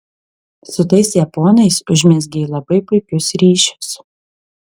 su tais japonais užmezgei labai puikius ryšius